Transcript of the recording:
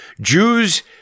Jews